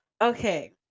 okay